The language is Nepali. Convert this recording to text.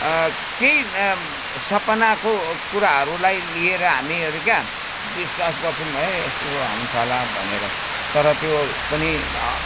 केही सपनाको कुराहरूलाई लिएर हामीहरू क्या विश्वास गर्छौँ हे यस्तो हुन्छ होला भनेर तर त्यो पनि